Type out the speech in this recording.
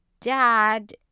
dad